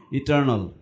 eternal